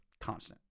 constant